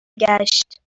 گشت